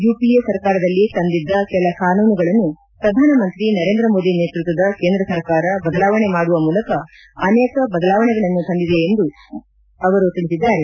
UPA ಸರ್ಕಾರದಲ್ಲಿ ತಂದಿದ್ದ ಕೆಲ ಕಾನೂನುಗಳನ್ನು ಪ್ರಧಾನಮಂತ್ರಿ ನರೇಂದ್ರ ಮೋದಿ ನೇತೃತ್ವದ ಕೇಂದ್ರ ಸರ್ಕಾರ ಬದಲಾವಣೆ ಮಾಡುವ ಮೂಲಕ ಅನೇಕ ಬದಲಾವಣೆಗಳನ್ನು ತಂದಿದೆ ಎಂದು ಅವರು ತಿಳಿಸಿದ್ದಾರೆ